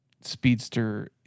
Speedster